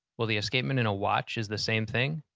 well, the escapement in a watch is the same thing,